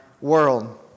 world